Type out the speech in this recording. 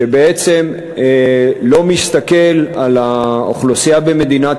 שבעצם לא מסתכל על האוכלוסייה במדינת